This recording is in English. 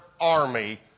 army